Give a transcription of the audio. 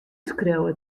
skriuwe